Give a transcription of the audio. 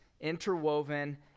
interwoven